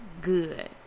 good